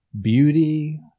beauty